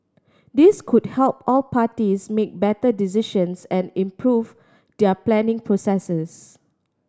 this could help all parties make better decisions and improve their planning processes